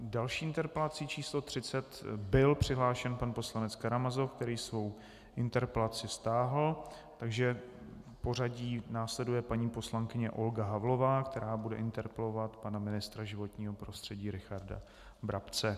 K další interpelaci, číslo 30, byl přihlášen pan poslanec Karamazov, který svou interpelaci stáhl, takže v pořadí následuje paní poslankyně Olga Havlová, která bude interpelovat pana ministra životního prostředí Richarda Brabce.